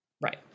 right